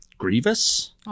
Grievous